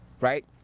right